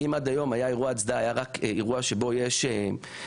אם עד היום אירוע ההצדעה היה רק אירוע שבו יש זמר,